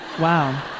Wow